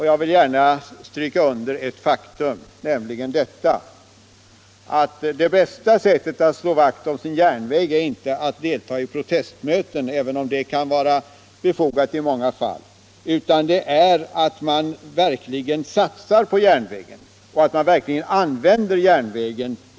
Jag vill gärna stryka under det faktum att man inte i första hand slår vakt om sin järnväg genom att delta i protestmöten — även om detta i många fall kan vara befogat —- utan det gör man genom att satsa på järnvägen och verkligen använda den.